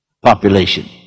population